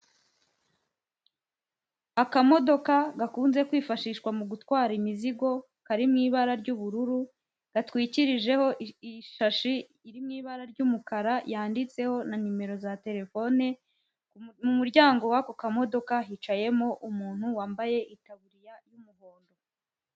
Akamodoka gakunze kwifashishwa mu gutwara imizigo kari mu ibara ry'ubururu gatwikirijeho iyishashi iri mu ibara ry'umukara yanditseho na nimero za telefone, mu muryango w'ako kamodoka hicayemo umuntu wambaye itaburiya y'umuhondo.